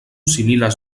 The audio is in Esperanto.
similas